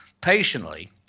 patiently